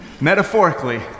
metaphorically